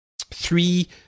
three